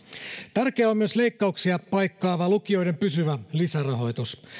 tärkeä on myös leikkauksia paikkaava lukioiden pysyvä lisärahoitus